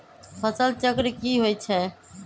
फसल चक्र की होई छै?